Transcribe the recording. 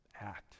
act